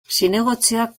zinegotziak